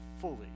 fully